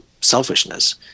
selfishness